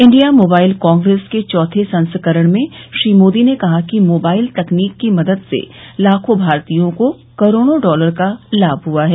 India mobile congress के चौथे संस्करण में श्री मोदी ने कहा कि मोबाइल तकनीक की मदद से लाखों भारतीयों को करोड़ों डॉलर का लाभ हुआ है